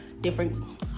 different